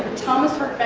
thomas hart